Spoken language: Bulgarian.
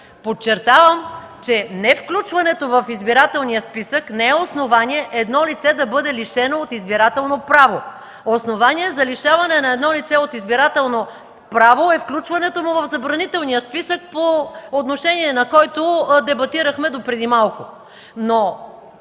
Подчертавам, че невключването в избирателния списък не е основание дадено лице да бъде лишено от избирателно право. Основание едно лице да бъде лишено от избирателно право е включването му в забранителния списък, по отношение на който дебатирахме допреди малко.